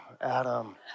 Adam